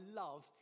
love